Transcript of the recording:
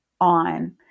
on